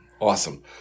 Awesome